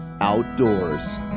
outdoors